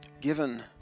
given